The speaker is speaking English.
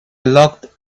locked